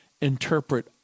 interpret